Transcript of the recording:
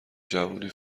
جوونی